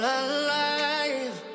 alive